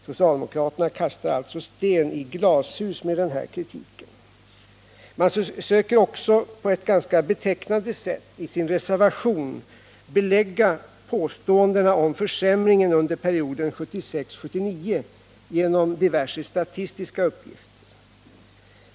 Socialdemokraterna kastar alltså sten i glashus med den här kritiken. I reservationen försöker man också på ett ganska betecknande sätt belägga påståendena om försämringen under perioden 1976-1979 genom diverse statistiska uppgifter.